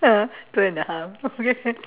ah two and a half okay